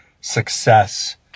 success